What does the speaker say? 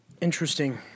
Interesting